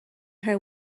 her